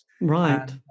right